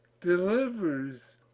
delivers